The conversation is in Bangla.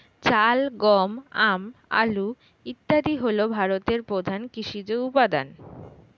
চাল, গম, আম, আলু ইত্যাদি হল ভারতের প্রধান কৃষিজ উপাদান